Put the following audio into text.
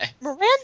miranda